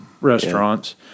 restaurants